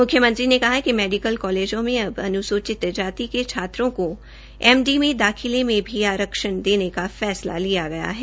मुख्यमंत्री ने कहा कि मेडिकल कालेजों में अब अनुसूचित जाति के छात्रों की एमडी में दाखिले में भी आरक्षण देने का फैसला लिया गया है